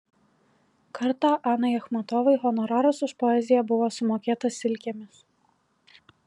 kartą anai achmatovai honoraras už poeziją buvo sumokėtas silkėmis